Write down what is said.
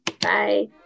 Bye